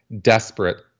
desperate